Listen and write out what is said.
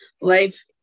life